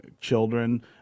children